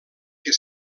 que